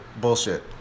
bullshit